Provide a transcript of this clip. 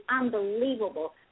unbelievable